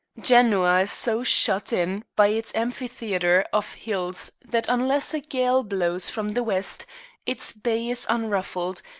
genoa is so shut in by its amphitheatre of hills that unless a gale blows from the west its bay is unruffled,